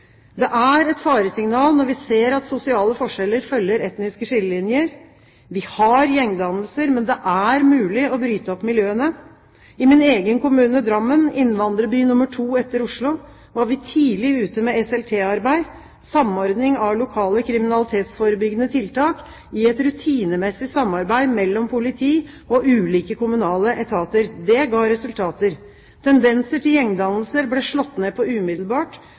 Det er et faresignal når vi ser at sosiale forskjeller følger etniske skillelinjer. Vi har gjengdannelser, men det er mulig å bryte opp miljøene. I min egen kommune, Drammen, innvandrerby nr. 2 etter Oslo, var vi tidlig ute med SLT-arbeid, samordning av lokale kriminalitetsforebyggende tiltak, i et rutinemessig samarbeid mellom politi og ulike kommunale etater. Det ga resultater. Tendenser til gjengdannelser ble slått ned på umiddelbart,